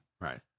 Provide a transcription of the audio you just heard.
Right